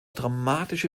dramatische